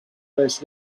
less